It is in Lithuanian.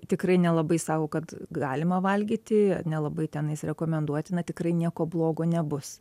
tikrai nelabai sako kad galima valgyti nelabai tenais rekomenduotina tikrai nieko blogo nebus